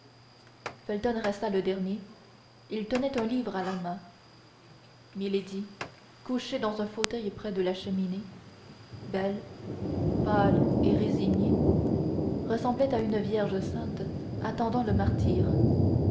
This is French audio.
felton resta le dernier il tenait un livre à la main milady couchée dans un fauteuil près de la cheminée belle pâle et résignée ressemblait à une vierge sainte attendant le martyre